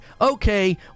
okay